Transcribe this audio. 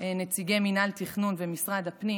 נציגי מינהל התכנון ומשרד הפנים.